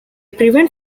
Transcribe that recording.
prevent